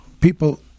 people